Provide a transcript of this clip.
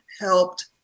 helped